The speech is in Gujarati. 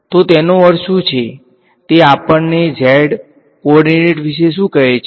તો તેનો અર્થ શું છે તે આપણને z કોઓર્ડિનેટ વિશે શું કહે છે